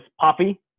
Poppy